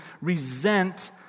resent